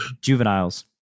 juveniles